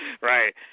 right